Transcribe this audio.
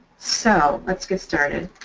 so let's get started.